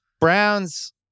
Browns